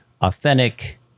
authentic